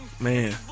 Man